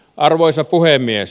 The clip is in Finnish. arvoisa puhemies